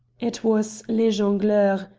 it was le jongleur,